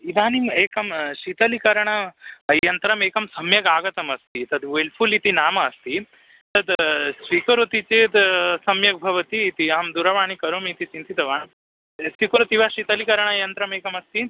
इदानीम् एकं शीतलीकरण यन्त्रमेकं सम्यगागतमस्ति तद् विल्फ़ुल् इति नाम अस्ति तद् स्वीकरोति चेत् सम्यग्भवति इति अहं दूरवाणीं करोमि इति चिन्तितवान् एस्टिफ़ुल् फ़िव शीतलीकरणयन्त्रमेकमस्ति